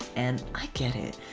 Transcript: and i get it.